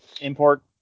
import